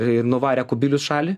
ir nuvarė kubilius šalį